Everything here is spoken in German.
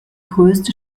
größte